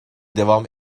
devam